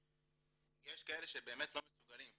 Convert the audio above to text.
יש כאלה שבאמת לא מסוגלים,